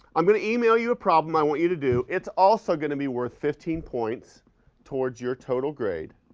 i'm going to email you a problem i want you to do. it's also going to be worth fifteen points towards your total grade.